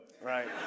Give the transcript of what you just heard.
Right